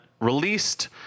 Released